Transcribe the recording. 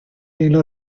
mil